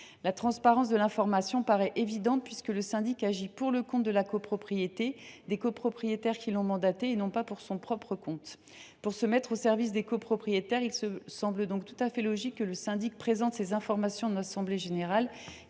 La transparence de l’information paraît indispensable, puisque le syndic agit pour le compte de la copropriété, des copropriétaires qui l’ont mandaté, et non pas pour son propre compte. Pour se mettre au service des copropriétaires, il semble donc tout à fait logique que le syndic présente ces informations à l’assemblée générale.